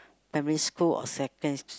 primary school or second~